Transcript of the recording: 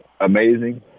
amazing